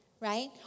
right